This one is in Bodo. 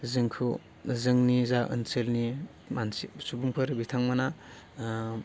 जोंखौ जोंनि जा ओनसोलनि मानसि सुबुंफोर बिथांमोनहा